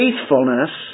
faithfulness